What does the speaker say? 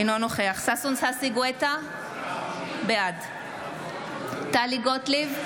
אינו נוכח ששון ששי גואטה, בעד טלי גוטליב,